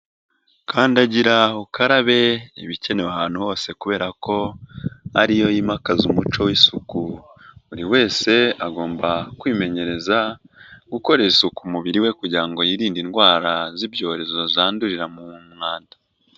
Kandagira ukarabe iba ikenewe ahantu hose kubera ko ariyo yimakaza umuco w'isuku, buri wese agomba kwimenyereza gukora isuku umubiri we kugira ngo yirinde indwara z'ibyorezo zandurira mu mwanda.